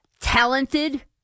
talented